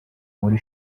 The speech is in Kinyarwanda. muri